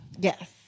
Yes